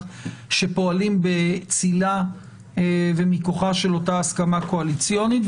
שפועלים בצלה ומכוחה של אותה הסכמה קואליציונית.